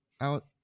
out